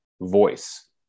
voice